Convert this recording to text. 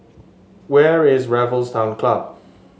where is Raffles Town Club